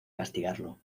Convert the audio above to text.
castigarlo